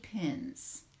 pins